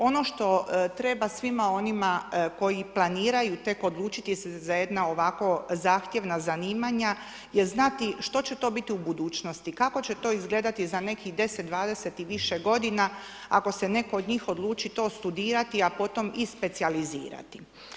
Ono što treba svima onima koji planiraju tek odlučiti se za jedna ovako zahtjevna zanimanja je znati što će to biti u budućnosti, kako će to izgledati za nekih 10, 20 i više g. ako se netko od njih odluči to studirati, a potom i specijalizirati.